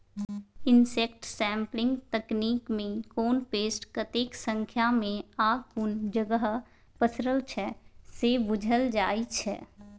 insect sampling तकनीकमे कोन pest कतेक संख्यामे आ कुन जगह पसरल छै से बुझल जाइ छै